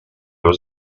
was